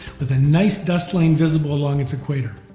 with a nice dust lane visible along its equator.